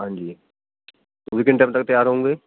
ਹਾਂਜੀ ਤੁਸੀਂ ਕਿੰਨੇ ਟਾਈਮ ਤੱਕ ਤਿਆਰ ਹੋਊਂਗੇ